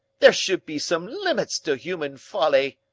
there should be some limits to human folly!